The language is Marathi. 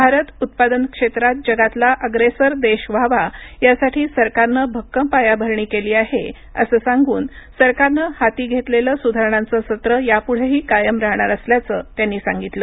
भारत उत्पादन क्षेत्रात जगातला अग्रेसर देश व्हावा यासाठी सरकारनं भक्कम पायाभरणी केली आहे असं सांगून सरकारनं हाती घेतलेलं सुधारणांचं सत्र यापुढेही कायम राहणार असल्याचं त्यांनी सांगितलं